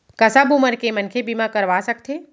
का सब उमर के मनखे बीमा करवा सकथे?